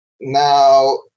Now